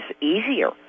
easier